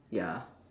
ya